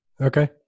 Okay